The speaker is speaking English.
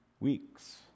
weeks